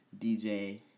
DJ